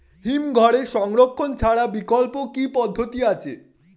হিমঘরে সংরক্ষণ ছাড়া বিকল্প কি পদ্ধতি আছে?